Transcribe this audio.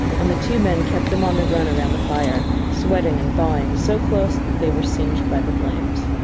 and the two men kept them on the run around the fire, sweating and thawing, so close that they were singed by the flames.